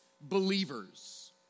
believers